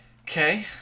Okay